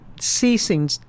ceasing